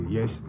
Yes